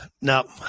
No